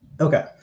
okay